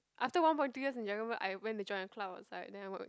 after one point three years in dragon boat I went to join a club outside then I work